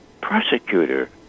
prosecutor